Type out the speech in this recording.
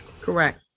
Correct